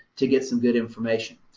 to get some good information.